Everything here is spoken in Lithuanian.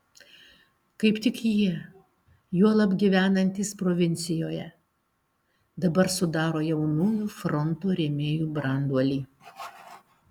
kaip tik jie juolab gyvenantys provincijoje dabar sudaro jaunųjų fronto rėmėjų branduolį